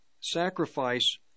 sacrifice